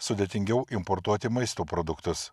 sudėtingiau importuoti maisto produktus